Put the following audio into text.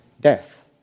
death